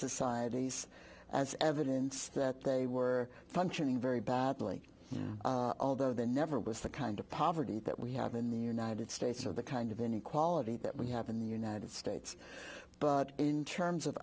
societies as evidence that they were functioning very badly although there never was the kind of poverty that we have in the united states or the kind of inequality that we have in the united states but in terms of